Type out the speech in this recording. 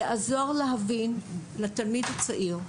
יעזור לתלמיד הצעיר להבין,